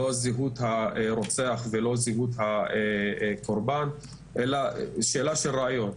לא זהות הרוצח ולא זהות הקורבן אלא שאלה של ראיות.